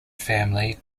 family